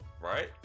right